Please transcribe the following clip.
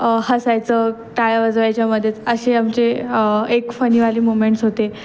हसायचं टाळ्या वजवायच्या मध्येच असे आमचे एक फनीवाली मुमेंट्स होते